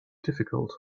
difficult